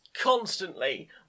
Constantly